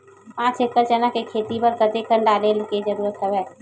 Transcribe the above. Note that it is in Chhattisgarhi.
पांच एकड़ चना के खेती बर कते कन डाले के जरूरत हवय?